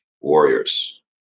warriors